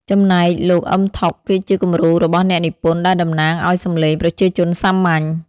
ចំណែកលោក អ៊ឹម ថុក គឺជាគំរូរបស់អ្នកនិពន្ធដែលតំណាងឲ្យសំឡេងប្រជាជនសាមញ្ញ។